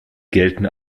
gelten